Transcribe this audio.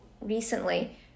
recently